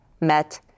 MET